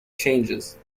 changes